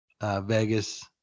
Vegas